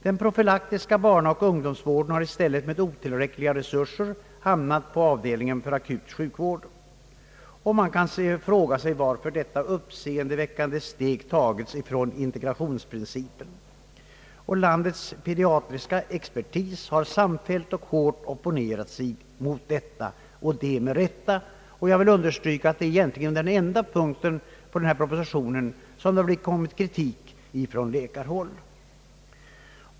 Den profylaktiska barnaoch ungdomsvården har i stället med otillräckliga resurser hamnat på avdelningen för akut sjukvård. Man kan fråga sig varför detta uppseendeväckande avsteg från integrationsprincipen gjorts. Landets pediatriska expertis har även samfällt och hårt opponerat sig mot detta och det med all rätt. Jag vill understryka att det är den enda punkten i den na proposition där det förekommit kritik från läkarhåll.